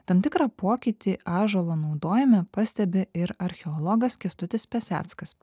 tam tikrą pokytį ąžuolo naudojime pastebi ir archeologas kęstutis peseckas